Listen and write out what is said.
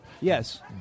Yes